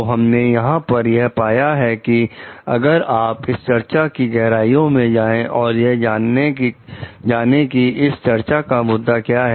तो हमने यहां पर यह पाया कि अगर आप इस चर्चा की गहराइयों में जाएं और यह जाने कि इस चर्चा का मुद्दा क्या है